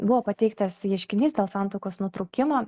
buvo pateiktas ieškinys dėl santuokos nutraukimo